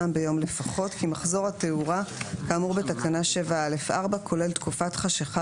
פעם ביום לפחות כי מחזור התאורה כאמור בתקנה 7)א)(4) כולל תקופת חשיכה